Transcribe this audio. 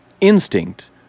instinct